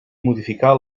modificar